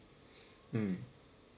mm